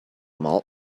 malt